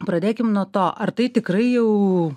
pradėkim nuo to ar tai tikrai jau